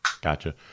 Gotcha